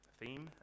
theme